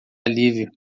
alívio